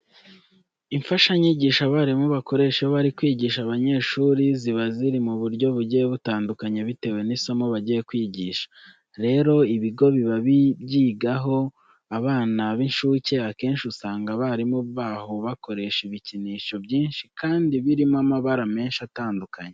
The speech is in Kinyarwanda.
Imfashanyigisho abarimu bakoresha iyo bari kwigisha abanyeshuri ziba ziri mu buryo bugiye butandukanye bitewe n'isomo bagiye kwigisha. Rero ibigo biba byigaho abana b'incuke akenshi usanga abarimu baho bakoresha ibikinisho byinshi kandi birimo amabara menshi atandukanye.